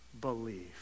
believe